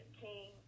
king